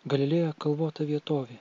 galilėja kalvota vietovė